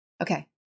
okay